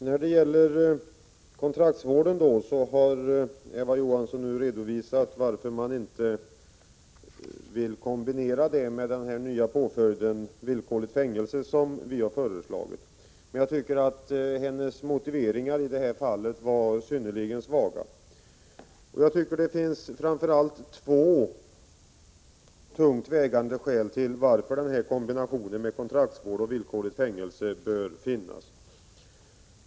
Herr talman! Eva Johansson har nu redovisat varför man inte vill kombinera kontraktsvård med den nya påföljden villkorligt fängelsestraff, som vi har föreslagit, men jag tycker att hennes motivering i det här fallet var synnerligen svag. Jag tycker det finns framför allt två tungt vägande skäl till att kombinationen kontraktsvård och villkorligt fängelse bör finnas.